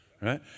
right